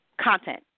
content